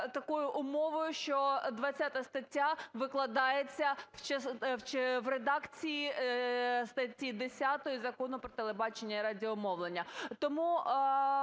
такою умовою, що 20 стаття викладається в редакції статті 10 Закону "Про телебачення і радіомовлення". Тому